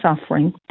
suffering